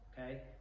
Okay